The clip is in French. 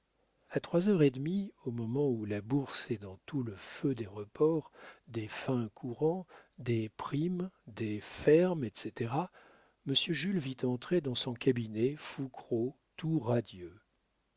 a trois heures et demie au moment où la bourse est dans tout le feu des reports des fins courant des primes des fermes etc monsieur jules vit entrer dans son cabinet fouquereau tout radieux